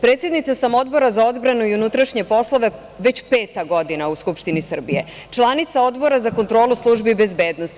Predsednica sam Odbora za odbranu i unutrašnje poslove već petu godinu u Skupštini Srbije, članica Odbora za kontrolu službi bezbednosti.